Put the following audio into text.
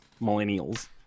Millennials